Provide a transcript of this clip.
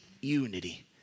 unity